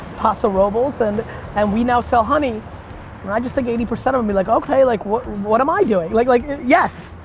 pasa robles, and and we now sell honey and i just think eighty percent of them be like, okay, like what, what am i doing? like like, yes,